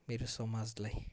मेरो समाजलाई